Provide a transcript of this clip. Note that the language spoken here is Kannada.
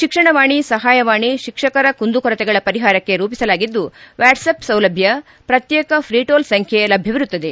ಶಿಕ್ಷಣವಾಣಿ ಸಹಾಯವಾಣಿ ಶಿಕ್ಷಕರ ಕುಂದುಕೊರತೆಗಳ ಪರಿಹಾರಕ್ಷೆ ರೂಪಿಸಲಾಗಿದ್ದು ವ್ಯಾಟ್ತ್ ಆಫ್ ಸೌಲಭ್ಯ ಪ್ರತ್ಯೇಕ ಫ್ರೀ ಟೋಲ್ ಸಂಖ್ಯೆ ಲಭ್ಯವಿರುತ್ತದೆ